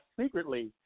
secretly –